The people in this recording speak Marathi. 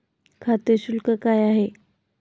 खाते शुल्क काय आहे?